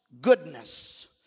goodness